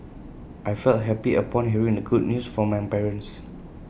I felt happy upon hearing the good news from my parents